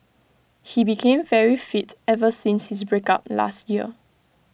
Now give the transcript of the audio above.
he became very fit ever since his break up last year